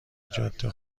جاده